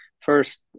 first